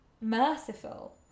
merciful